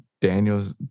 Daniel's